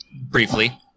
Briefly